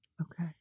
Okay